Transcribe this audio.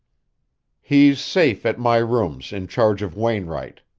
he's safe at my rooms in charge of wainwright,